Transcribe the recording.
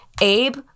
Abe